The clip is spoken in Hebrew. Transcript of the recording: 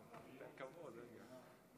בריון קשקשים, נו, מה.